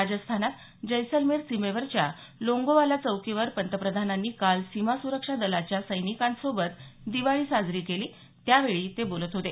राजस्थानात जैसलमेर सीमेवरच्या लोंगोवाला चौकीवर पंतप्रधानांनी काल सीमा सुरक्षा दलाच्या सैनिकांसोबत दिवाळी साजरी केली त्यावेळी ते बोलत होते